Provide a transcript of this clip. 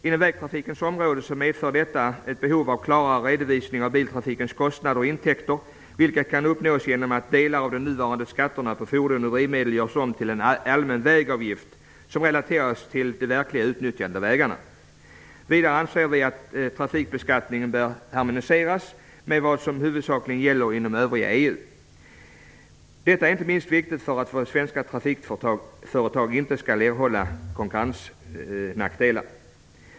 Inom vägtrafikens område medför detta ett behov av klarare redovisning av biltrafikens kostnader och intäkter, vilket kan uppnås genom att delar av de nuvarande skatterna på fordon och drivmedel görs om till en allmän vägavgift som relateras till det verkliga utnyttjandet av vägarna. Vidare anser vi att trafikbeskattningen bör harmoniseras med vad som huvudsakligen gäller inom övriga EU. Detta är inte minst viktigt för att våra svenska trafikföretag inte skall erhålla konkurrensnackdelar.